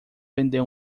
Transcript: vender